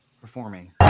performing